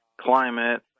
climate